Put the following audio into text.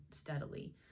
steadily